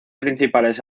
principales